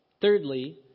Thirdly